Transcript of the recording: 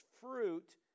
fruit